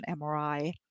MRI